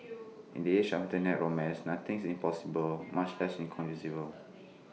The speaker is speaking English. in the age of Internet romance nothing is impossible much less inconceivable